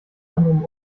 anderem